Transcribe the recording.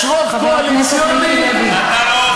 יש רוב קואליציוני, חבר הכנסת מיקי לוי.